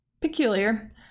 peculiar